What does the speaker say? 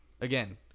again